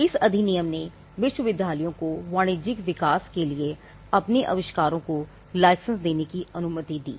इस अधिनियम ने विश्वविद्यालयों को वाणिज्यिक विकास के लिए अपने आविष्कारों को लाइसेंस देने की अनुमति दी